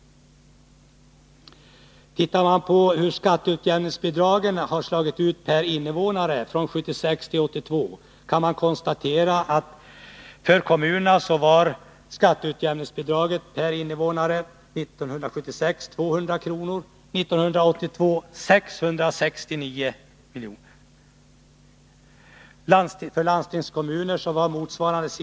Tittar man på hur skatteutjämningsbidragen har utgått per invånare från 1976 till 1982 kan man konstatera att för primärkommunerna var skatteutjämningsbidraget per invånare 200 kr. 1976 och 669 kr.